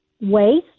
waste